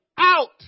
out